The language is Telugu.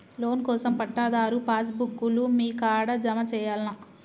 లోన్ కోసం పట్టాదారు పాస్ బుక్కు లు మీ కాడా జమ చేయల్నా?